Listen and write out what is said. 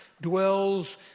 dwells